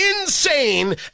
insane